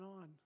on